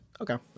Okay